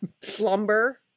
Slumber